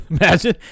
imagine